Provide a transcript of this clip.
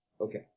Okay